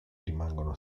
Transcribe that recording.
rimangono